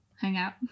hangout